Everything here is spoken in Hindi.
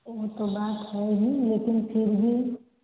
वह तो ही लेकिन फिर भी